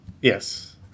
Yes